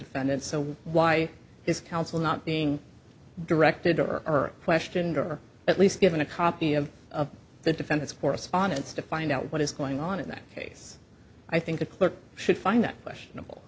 defendant so why is counsel not being directed or her question or at least given a copy of the defendant's correspondence to find out what is going on in that case i think a clerk should find that questionable